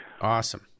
Awesome